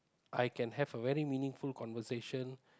I can have a very meaningful conversation